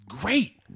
great